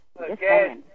Okay